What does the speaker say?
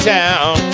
town